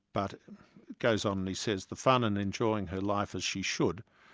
but goes on, and he says, the fun, and enjoying her life as she should,